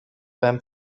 beim